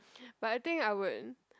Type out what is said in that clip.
but I think I would